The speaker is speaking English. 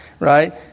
Right